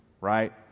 right